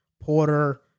Porter